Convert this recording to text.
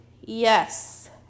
Yes